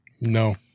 No